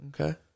Okay